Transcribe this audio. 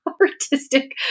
artistic